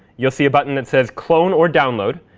you'll see a button that says clone or download.